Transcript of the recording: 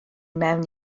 mewn